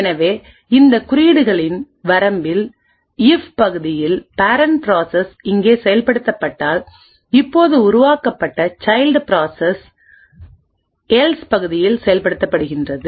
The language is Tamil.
எனவே இந்த குறியீடுகளில் வரம்பில் இப் பகுதியில் பேரண்ட் ப்ராசஸ் இங்கே செயல்படுத்தப்பட்டால் இப்போது உருவாக்கப்பட்ட சைல்ட் ப்ராசஸ் எல்ஸ் பகுதியில் செயல்படுத்தப்படுகின்றது